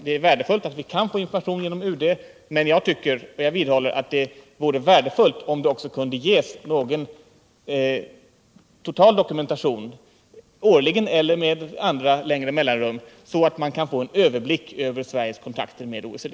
Det är värdefullt att vi kan få information genom UD, men jag vidhåller att det vore bra om det också kunde ges någon total dokumentation, årligen eller med längre mellanrum, så att man kan få en överblick över Sveriges kontakter med OECD.